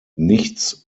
nichts